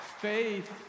faith